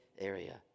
area